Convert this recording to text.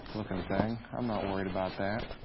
lookin' thing, i'm not worried about that.